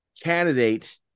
candidate